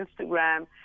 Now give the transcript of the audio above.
Instagram